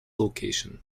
location